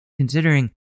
Considering